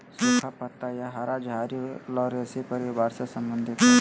सुखा पत्ता या हरा झाड़ी लॉरेशी परिवार से संबंधित हइ